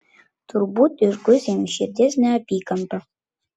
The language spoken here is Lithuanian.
galbūt išguis jam iš širdies neapykantą